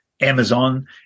Amazon